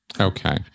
Okay